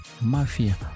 Mafia